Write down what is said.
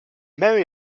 merry